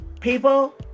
People